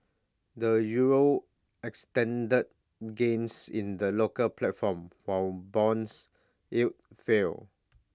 the euro extended gains in the local platform while bonds yields fell